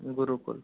Gurukul